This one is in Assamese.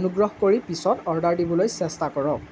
অনুগ্ৰহ কৰি পিছত অৰ্ডাৰ দিবলৈ চেষ্টা কৰক